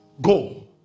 go